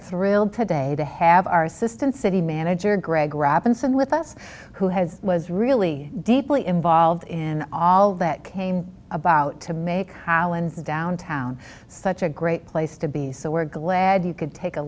thrilled today to have our assistant city manager greg robinson with us who has was really deeply involved in all that came about to make highlands downtown so such a great place to be so we're glad you could take a